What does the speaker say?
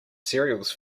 cereals